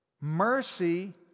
mercy